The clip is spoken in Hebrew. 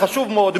חשוב מאוד,